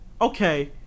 okay